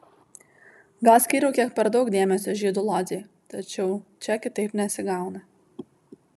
gal skyriau kiek per daug dėmesio žydų lodzei tačiau čia kitaip nesigauna